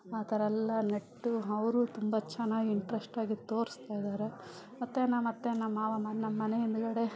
ಆ ಥರಯೆಲ್ಲ ನೆಟ್ಟು ಅವ್ರು ತುಂಬ ಚೆನ್ನಾಗಿ ಇಂಟ್ರೆಶ್ಟಾಗಿ ತೋರ್ಸ್ತಾಯಿದಾರೆ ಮತ್ತು ನಮ್ಮತ್ತೆ ನಮ್ಮ ಮಾವ ನಮ್ಮನೆ ಹಿಂದುಗಡೆ